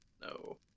No